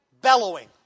bellowing